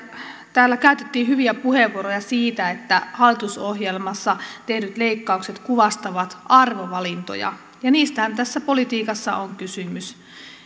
täällä käytettiin hyviä puheenvuoroja siitä että hallitusohjelmassa tehdyt leikkaukset kuvastavat arvovalintoja ja niistähän tässä politiikassa on kysymys